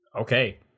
Okay